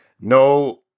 no